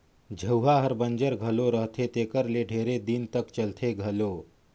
झउहा हर बंजर घलो रहथे तेकर ले ढेरे दिन तक चलथे घलो